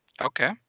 Okay